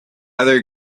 other